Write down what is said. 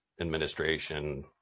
administration